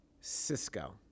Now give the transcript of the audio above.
Cisco